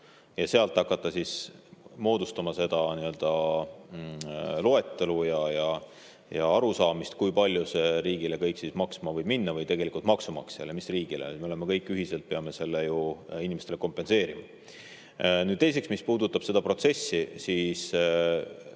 ja sealt hakata moodustama seda loetelu ja arusaamist, kui palju see riigile maksma võib minna – või tegelikult maksumaksjale, mis riigile, me kõik ühiselt peame selle ju inimestele kompenseerima. Teiseks, mis puudutab seda protsessi, siis